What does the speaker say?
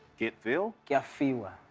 get feel? gafeewa.